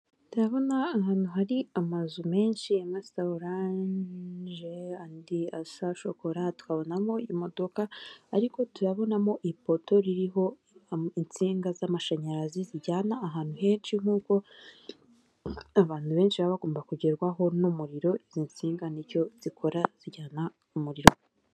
Ndabona ahantu hari amazu menshi amwe asa oranje andi asa shokora, tukabonamo imodoka ariko turabonamo ipoto ririho insinga z'amashanyarazi zijyana ahantu henshi nkuko abantu benshi baba bagomba kugerwaho n'umuriro, izi nsinga nicyo zikora zijyana umuriro.